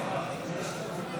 בדבר הפחתת